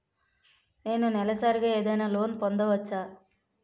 నేను నెలసరిగా ఏదైనా లోన్ పొందవచ్చా?